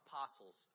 Apostles